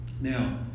Now